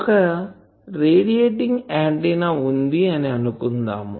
ఒక radiating antenna వుంది అని అనుకుందాము